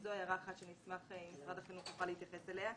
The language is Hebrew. זו הערה אחת שנשמח אם משרד החינוך יוכל להתייחס אליה.